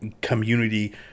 community